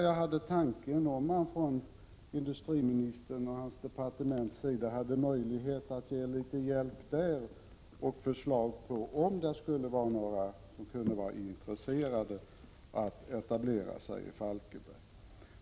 Jag tänkte därför att industriministern och hans departement kanske hade möjlighet att ge litet hjälp i det avseendet och kunde lämna förslag till några som kunde vara intresserade av att etablera sig i Falkenberg.